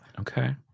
okay